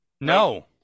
No